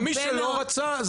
ומי שלא רצה.